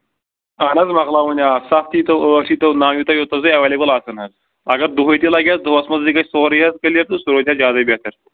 اہن حظ مۄکلاوٕنۍ آ سَتھ ییٖتو ٲٹھ ییٖتو نَو ییٖتو یوٗتاہ تُہۍ ایٚویلیبُل آسان حظ اگر دۄہَے تہِ لَگٮ۪س دۄہَس منٛزٕے گژھِ سورُے حظ کٕلیر تہٕ سُہ روزِ ہے زیادَے بہتر